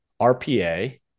RPA